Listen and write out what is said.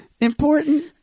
important